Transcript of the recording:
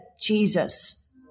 Jesus